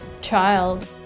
child